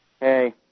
Hey